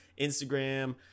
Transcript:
instagram